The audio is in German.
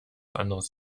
anderes